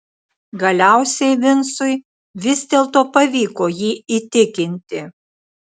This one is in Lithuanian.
galiausiai vincui vis dėlto pavyko jį įtikinti